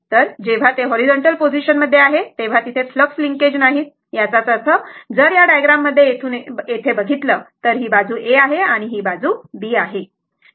तर जेव्हा ते हॉरिझॉन्टल पोझिशन मध्ये आहेत तेव्हा तिथे फ्लक्स लिंकेज नाहीत याचाच अर्थ जर या डायग्रॅम मध्ये येथून येथे बघितलं तर ही बाजू A आहे आणि ती बाजू B आहे बरोबर